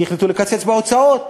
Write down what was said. כי החליטו לקצץ בהוצאות,